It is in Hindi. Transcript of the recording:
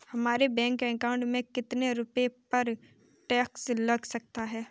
हमारे बैंक अकाउंट में कितने रुपये पर टैक्स लग सकता है?